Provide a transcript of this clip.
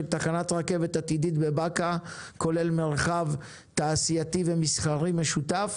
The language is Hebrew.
תחנת רכבת עתידית בבאקה כולל מרחב תעשייתי ומסחרי משותף,